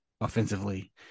offensively